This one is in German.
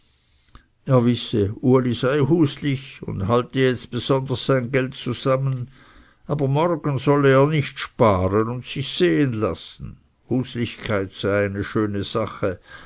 und halte jetzt besonders sein geld zusammen aber morgen solle er nicht sparen und sich gehen lassen huslichkeit sei eine schöne sache